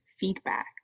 feedback